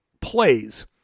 plays